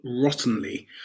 rottenly